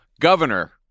Governor